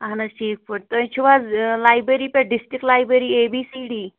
اَہن حظ ٹھیٖک پٲٹھۍ تۄہہِ چھِو حظ لایبٔری پٮ۪ٹھ district library A B C D